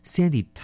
Sandy